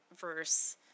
verse